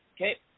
Okay